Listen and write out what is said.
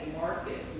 market